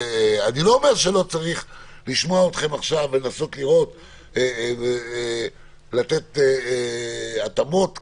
אני לא אומר שלא צריך לשמוע אתכם ולנסות לתת התאמות מסוימות.